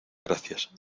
gracias